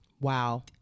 wow